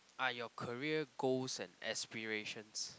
are your career goals and aspirations